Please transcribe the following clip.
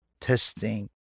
testing